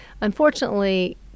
Unfortunately